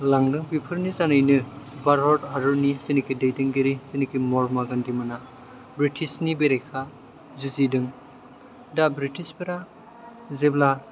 लांदों बेफोरनि जोहैनो भारत हादरनि जेनाखि दैदेनगिरि जानाखि महात्मा गान्धी मोना बृतिसनि बेरेखायै जुजिदोंमोन दा बृटिसफ्रा जेब्ला